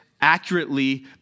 accurately